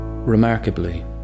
Remarkably